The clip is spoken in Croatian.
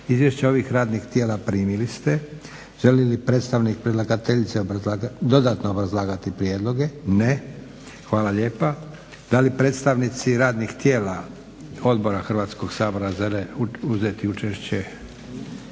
Izvješća ovih radnih tijela primili ste. Želi li predstavnik dodatno obrazlagati prijedloge? Ne. Hvala lijepa. Da li predstavnici radnih tijela Odbora Hrvatskog sabora žele uzeti učešće?